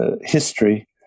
history